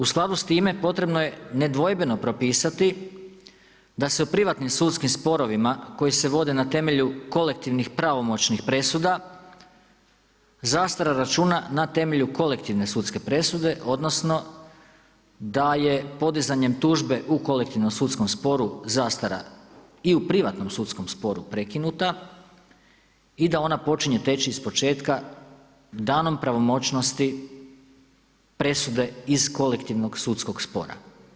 U skladu s time potrebno je nedvojbeno propisati da se u privatnim sudskim sporovima koji se vode na temelju kolektivnih pravomoćnih presuda zastara računa na temelju kolektivne sudske presude odnosno da je podizanjem tužbe u kolektivnom sudskom sporu zastara i u privatnom sudskom sporu prekinuta i da ona počinje teći iz početka danom pravomoćnosti presude iz kolektivnog sudskog spora.